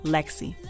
Lexi